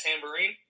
Tambourine